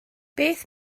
beth